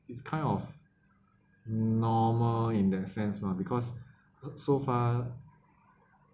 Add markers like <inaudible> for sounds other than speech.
is kind of normal in that sense mah because <noise> so far